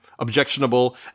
Objectionable